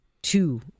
Two